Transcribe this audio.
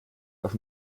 auf